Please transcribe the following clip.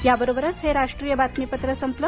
याबरोबरच हे राष्ट्रीय बातमीपत्र संपलं